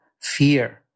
fear